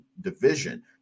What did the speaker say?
division